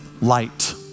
light